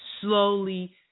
slowly